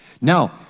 Now